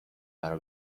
برا